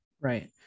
right